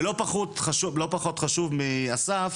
ולא פחות חשוב מאסף,